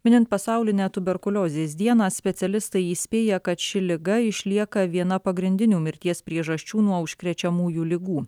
minint pasaulinę tuberkuliozės dieną specialistai įspėja kad ši liga išlieka viena pagrindinių mirties priežasčių nuo užkrečiamųjų ligų